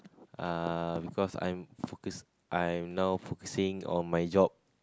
uh because I'm focusing I'm now focusing on my job